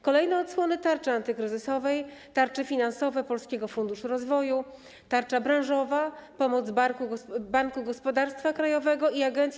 Kolejne odsłony tarczy antykryzysowej, tarcze finansowe Polskiego Funduszu Rozwoju, tarcza branżowa, pomoc Banku Gospodarstwa Krajowego i Agencji